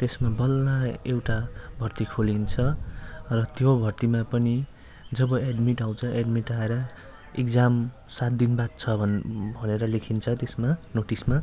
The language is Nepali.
त्यसमा बल्ल एउटा भर्ती खोलिन्छ र त्यो भर्तीमा पनि जब एड्मिट आउँछ एड्मिट आएर इग्जाम सात दिन बाद छ भनेर लेखिन्छ त्यसमा नोटिसमा